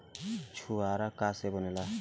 छुआरा का से बनेगा?